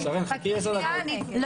פרק ט' לא